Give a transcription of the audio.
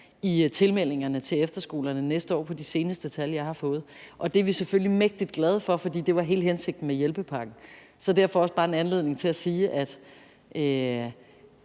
i tilmeldingerne til efterskolerne næste år, ifølge de seneste tal, jeg har fået. Det er vi selvfølgelig mægtig glade for, for det var hele hensigten med hjælpepakken. Så det er også en anledning til at sige, at